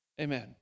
amen